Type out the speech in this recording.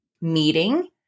meeting